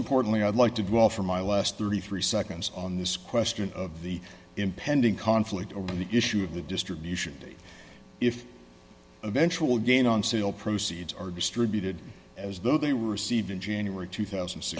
importantly i'd like to offer my last thirty three seconds on this question of the impending conflict over the issue of the distribution date if eventual gain on sale proceeds are distributed as though they received in january two thousand